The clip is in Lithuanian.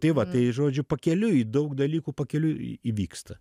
tai va tai žodžiu pakeliui daug dalykų pakeliui įvyksta